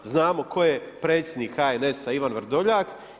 Znamo tko je predsjednik HNS-a, Ivan Vrdoljak.